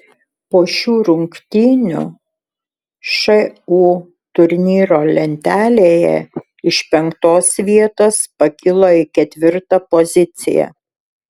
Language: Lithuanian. po šių rungtynių šu turnyro lentelėje iš penktos vietos pakilo į ketvirtą poziciją